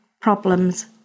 problems